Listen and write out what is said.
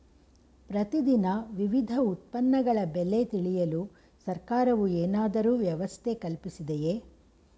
ಪ್ರತಿ ದಿನ ವಿವಿಧ ಉತ್ಪನ್ನಗಳ ಬೆಲೆ ತಿಳಿಯಲು ಸರ್ಕಾರವು ಏನಾದರೂ ವ್ಯವಸ್ಥೆ ಕಲ್ಪಿಸಿದೆಯೇ?